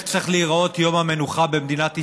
צריך להיראות יום המנוחה במדינת ישראל,